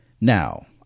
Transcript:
Now